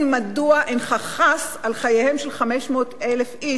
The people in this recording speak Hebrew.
מדוע אינך חס על חייהם של 500,000 איש,